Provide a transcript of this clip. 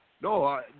no